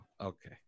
Okay